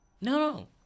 No